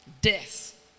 death